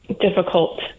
difficult